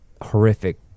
horrific